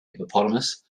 hippopotamus